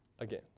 again